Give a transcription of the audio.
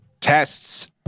tests